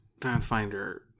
Pathfinder